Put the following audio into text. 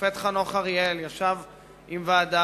השופט חנוך אריאל ישב עם ועדה,